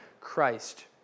Christ